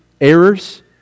errors